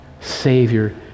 Savior